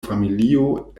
familio